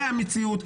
זה המציאות,